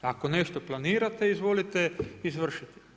Ako nešto planirate izvolite izvršiti.